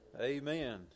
amen